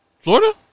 Florida